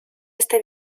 este